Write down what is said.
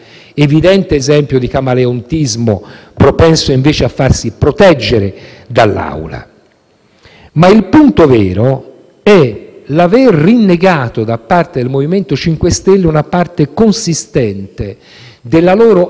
Il punto vero, però, è l'aver rinnegato, da parte del MoVimento 5 Stelle, una parte consistente della loro anima circa il giudizio sulle immunità. Ho anche io una sfilza di citazione possibili